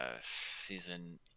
season